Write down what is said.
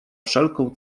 wszelką